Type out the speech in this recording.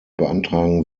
beantragen